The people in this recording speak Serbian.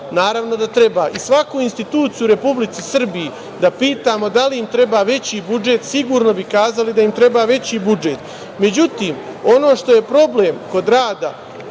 Naravno da treba. Svaku instituciju u Republici Srbiji da pitamo da li im treba veći budžet sigurno bi kazali da im treba veći budžet.Međutim, ono što je problem kod rada